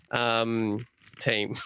Team